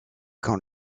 quand